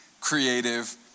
creative